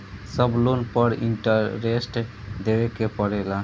सब लोन पर इन्टरेस्ट देवे के पड़ेला?